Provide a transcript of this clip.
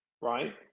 right